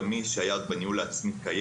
התקציב הגמיש היה קיים בניהול העצמי,